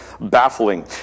baffling